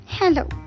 Hello